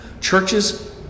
churches